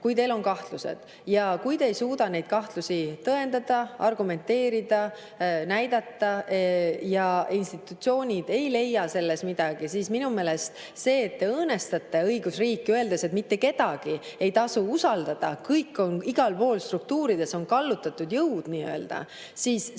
kui teil on kahtlused. Kui te ei suuda neid kahtlusi tõendada, argumenteerida, ja need institutsioonid ei leia midagi, siis minu meelest te õõnestate õigusriiki, öeldes, et mitte kedagi ei tasu usaldada, igal pool struktuurides on kallutatud jõud. See õõnestab kogu Eesti